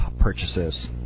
purchases